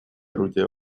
орудия